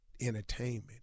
entertainment